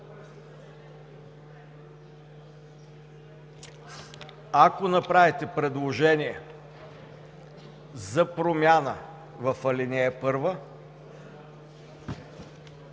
Ако направите предложение за промяна в ал. 1,